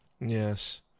Yes